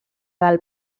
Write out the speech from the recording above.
del